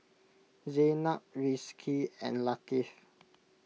Zaynab Rizqi and Latif